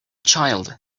child